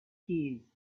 keys